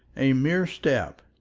a mere step,